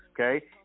okay